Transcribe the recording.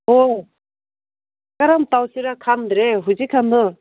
ꯍꯣꯏ ꯀꯔꯝ ꯇꯧꯁꯤꯔꯥ ꯈꯪꯗ꯭ꯔꯦ ꯍꯧꯖꯤꯛ ꯀꯥꯟꯗꯣ